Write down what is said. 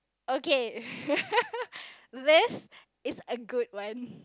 okay this is a good one